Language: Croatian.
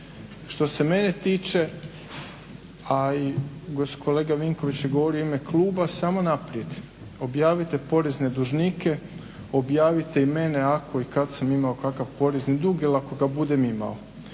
Što se mene tiče, a i kolega Vinković je govorio u ime kluba, samo naprijed. Objavite porezne dužnike, objavite i mene ako i kad sam imao kakav porezni dug ili ako ga budem imao.